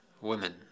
women